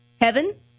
Heaven